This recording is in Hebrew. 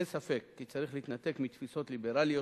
אין ספק שצריך להתנתק מתפיסות ליברליות